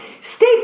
Stay